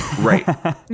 Right